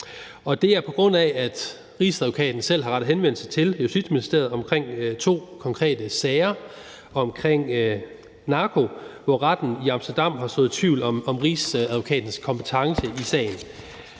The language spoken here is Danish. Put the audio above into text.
Det er, på grund af at Rigsadvokaten selv har rettet henvendelse til Justitsministeriet om to konkrete sager om narko, hvor retten i Amsterdam har sået tvivl om Rigsadvokatens kompetence i sagen.